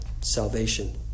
salvation